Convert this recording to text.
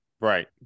right